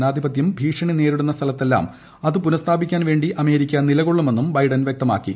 ജനാധിപത്യം ഭീഷണി നേരിടുന്നിടത്തെല്ലാം അത് പുനഃസ്ഥാപിക്കാൻ വേണ്ടി അമേരിക്ക നിലകൊള്ളുമെന്നും ബൈഡൻ വ്യക്തമാക്കി